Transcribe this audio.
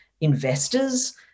investors